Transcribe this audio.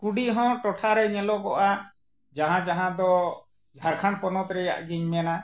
ᱠᱩᱰᱤ ᱦᱚᱸ ᱴᱚᱴᱷᱟ ᱨᱮ ᱧᱮᱞᱚᱜᱚᱜᱼᱟ ᱡᱟᱦᱟᱸ ᱡᱟᱦᱟᱸ ᱫᱚ ᱡᱷᱟᱲᱠᱷᱚᱸᱰ ᱯᱚᱱᱚᱛ ᱨᱮᱱᱟᱜ ᱜᱤᱧ ᱢᱮᱱᱟ